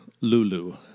Lulu